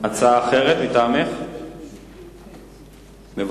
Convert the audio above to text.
הצעה אחרת מטעמך, בבקשה.